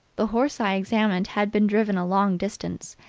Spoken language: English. the horse i examined had been driven a long distance,